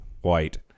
white